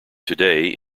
today